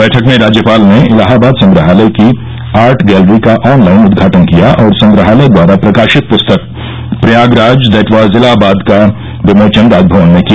बैठक में राज्यपाल ने इलाहाबाद संग्रहालय की आर्ट गैलरी का ऑनलाइन उद्घाटन किया और संग्रहालय द्वारा प्रकाशित पुस्तक प्रयागराज दैट वाज इलाहाबाद का विमोचन राजभवन में किया